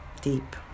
deep